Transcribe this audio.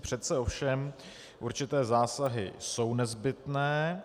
Přece ovšem určité zásahy jsou nezbytné.